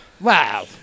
Wow